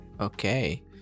Okay